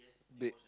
late